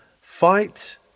Fight